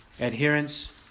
adherence